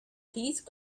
please